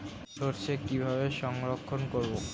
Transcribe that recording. সরষে কিভাবে সংরক্ষণ করব?